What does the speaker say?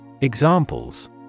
Examples